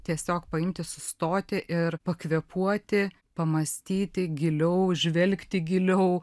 tiesiog paimti sustoti ir pakvėpuoti pamąstyti giliau žvelgti giliau